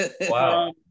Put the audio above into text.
Wow